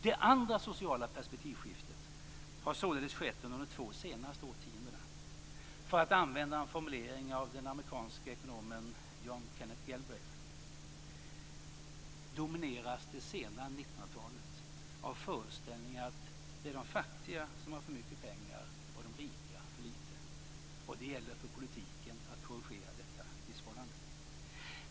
Det andra sociala perspektivskiftet har således skett under de två senaste årtiondena. För att använda en formulering av den amerikanske ekonomen John Kenneth Galbraith domineras det sena 1900-talet av föreställningen att det är de fattiga som har för mycket pengar, att de rika har för lite pengar och att det gäller för politiken att korrigera detta missförhållande.